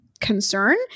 concern